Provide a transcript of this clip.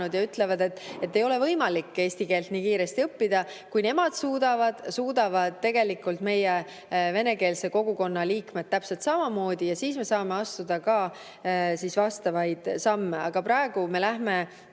ja ütlevad, et ei ole võimalik eesti keelt nii kiiresti ära õppida. Kui nemad suudavad, siis suudavad meie venekeelse kogukonna liikmed täpselt samamoodi ja me saame astuda ka vastavaid samme. Aga praegu me